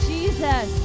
Jesus